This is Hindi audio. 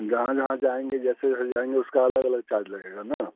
जहाँ जहाँ जाएँगे जैसे जैसे जाएँगे उसका अलग अलग चार्ज लगेगा ना